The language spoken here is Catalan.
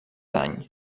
any